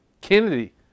Kennedy